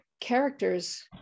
Characters